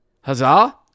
Huzzah